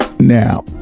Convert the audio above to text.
Now